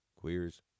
Queers